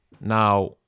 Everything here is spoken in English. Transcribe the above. Now